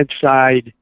side